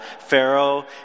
Pharaoh